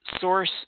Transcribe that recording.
Source